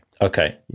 okay